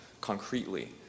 concretely